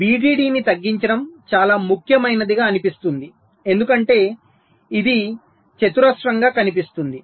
VDD ని తగ్గించడం చాలా ముఖ్యమైనదిగా అనిపిస్తుంది ఎందుకంటే ఇది చతురస్రంగా కనిపిస్తుంది